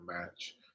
match